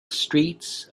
streets